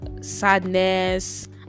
sadness